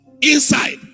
Inside